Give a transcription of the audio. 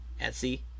Etsy